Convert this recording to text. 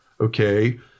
Okay